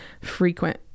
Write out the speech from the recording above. frequent